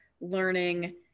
learning